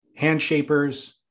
handshapers